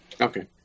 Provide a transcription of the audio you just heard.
Okay